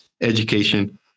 education